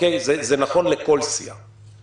זה נכון לכל סיעה